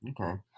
Okay